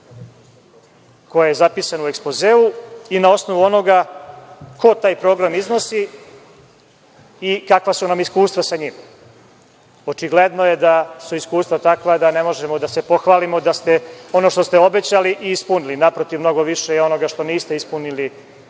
koji je zapisan u ekspozeu i na osnovu onoga ko taj program iznosi i kakva su nam iskustva sa njim. Očigledno je da su iskustva takva da ne možemo da se pohvalimo da ono što ste obećali da ste i ispunili. Naprotiv, mnogo je više onoga što niste ispunili,